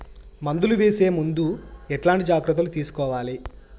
మందులు వేసే ముందు ఎట్లాంటి జాగ్రత్తలు తీసుకోవాలి?